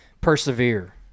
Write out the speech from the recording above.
persevere